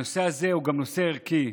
הנושא הזה הוא גם נושא ערכי.